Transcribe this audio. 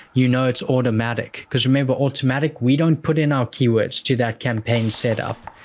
you know it's automatic. cause remember automatic, we don't put in our keywords to that campaign set up.